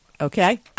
Okay